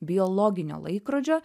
biologinio laikrodžio